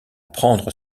prendre